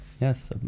Yes